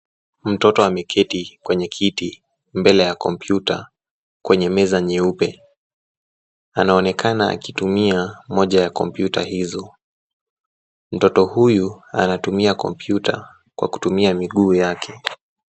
Mtoto ameketi kwenye kiti mbele ya kompyuta kwenye meza nyeupe. Anaonekana akitumia moja ya kompyuta hizo. Mtoto huyu anatumia kompyuta kwa kutumia miguu yake.